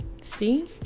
See